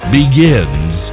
begins